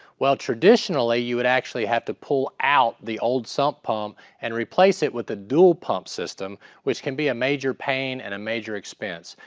well, traditionally, you would actually have to pull out the old sump pump and replace it with a dual-pump system, which can be a major pain and a major expense.